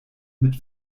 mit